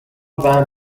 than